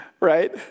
right